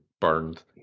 burned